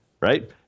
Right